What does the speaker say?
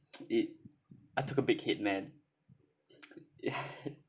it I took a big hit man ya